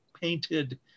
painted